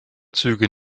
züge